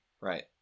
Right